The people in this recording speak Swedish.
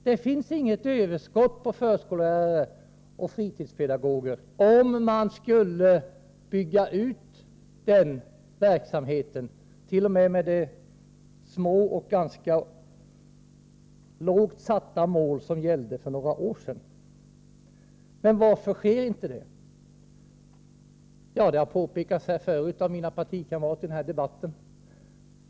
Det finns inget överskott på förskollärare och fritidspedagoger, om man bygger ut verksamheten och t.o.m. nöjer sig med att uppnå de ganska lågt satta målen som gällde för några år sedan. Varför sker då inte detta? Ja, det har partikamrater till mig redan omtalat i denna debatt.